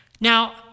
Now